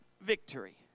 victory